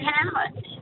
Hamlet